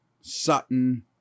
Sutton